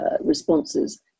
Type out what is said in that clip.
responses